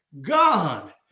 God